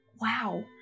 Wow